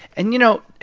and, you know,